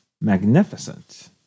magnificent